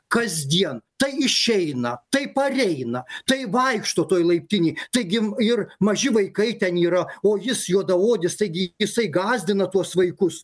kasdien tai išeina tai pareina tai vaikšto toj laiptinėj taigi ir maži vaikai ten yra o jis juodaodis taigi jisai gąsdina tuos vaikus